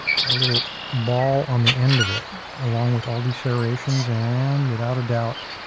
got a little ball on the end of it, along with all these serrations and without a doubt,